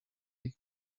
ich